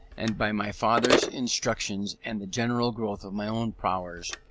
and by my father's instructions and the general growth of my own powers,